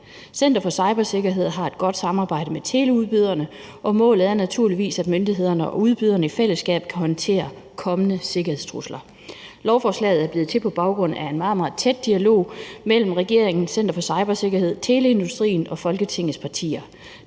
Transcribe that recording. Center for Cybersikkerhed har et godt samarbejde med teleudbyderne, og målet er naturligvis, at myndighederne og udbyderne i fællesskab kan håndtere kommende sikkerhedstrusler. Lovforslaget er blevet til på baggrund af en meget, meget tæt dialog mellem regeringen, Center for Cybersikkerhed, teleindustrien og Folketingets partier.